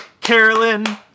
Carolyn